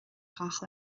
gach